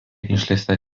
išleista